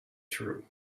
true